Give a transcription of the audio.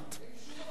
אין שום הבנה כזאת.